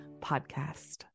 Podcast